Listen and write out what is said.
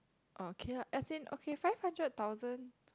okay lah as in okay five hundred thousand